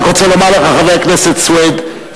חבר הכנסת סוייד,